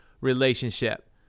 relationship